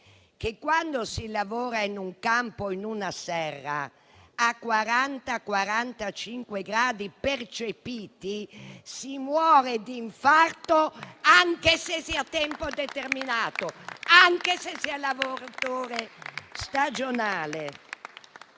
che, quando si lavora in un campo e in una serra a 40-45 gradi percepiti, si muore di infarto anche se si è a tempo determinato e anche se si è un lavoratore stagionale.